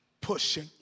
pushing